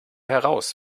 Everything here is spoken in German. heraus